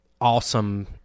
awesome